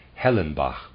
Hellenbach